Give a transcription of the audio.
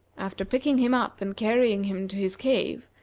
after picking him up and carrying him to his cave,